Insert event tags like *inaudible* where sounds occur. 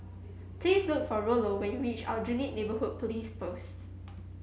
please look for Rollo when you reach Aljunied Neighbourhood *noise* Police Posts